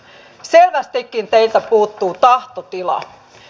selvästikin teiltä puuttuu tahtotila